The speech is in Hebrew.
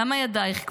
למה ידייך כבולות?